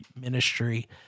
ministry